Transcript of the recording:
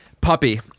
puppy